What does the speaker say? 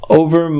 over